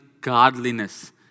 godliness